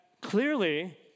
clearly